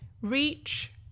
reach